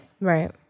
Right